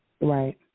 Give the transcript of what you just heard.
Right